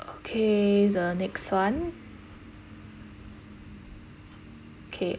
okay the next [one] K